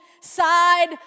side